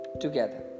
together